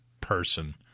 person